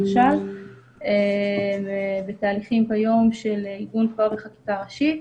הן היום בתהליכים של עיגון בחקיקה ראשית